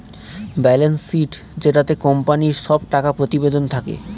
balance sheet যেটাতে কোম্পানির সব টাকা প্রতিবেদন থাকে